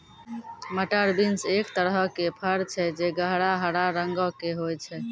मटर बींस एक तरहो के फर छै जे गहरा हरा रंगो के होय छै